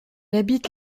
habite